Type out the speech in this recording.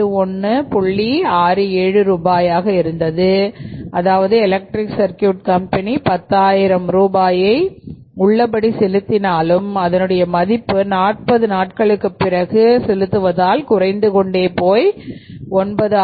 67 ரூபாய் ஆகும் அதாவது எலெக்ட்ரிக் சர்கியூட் கம்பெனி பத்தாயிரம் ரூபாயை உள்ளபடி செலுத்தினாலும் அதனுடைய மதிப்பு 40 நாட்களுக்கு பிறகு செலுத்துவதால் குறைந்து கொண்டே போய் 9681